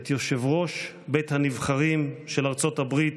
את יושב-ראש בית הנבחרים של ארצות הברית